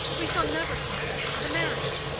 we shall never consent to the marriage.